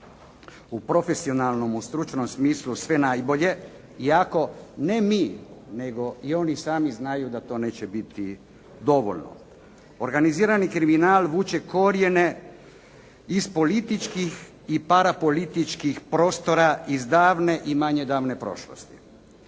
u profesionalnom, u stručnom smislu sve najbolje iako ne mi, nego i oni sami znaju da to neće biti dovoljno. Organizirani kriminal vuče korijene iz političkih i parapolitičkih prostora, iz davne i manje davne prošlosti.